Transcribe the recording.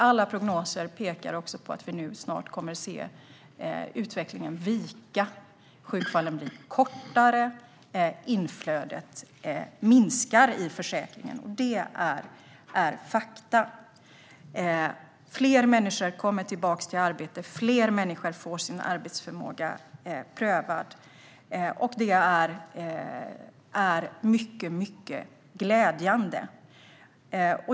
Alla prognoser pekar på att vi snart kommer att få se att utvecklingen viker, att sjukfallen blir kortare och att inflödet i försäkringen minskar. Detta är fakta. Fler människor kommer tillbaka i arbete, och fler människor får sin förmåga prövad. Det är mycket glädjande.